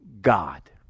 God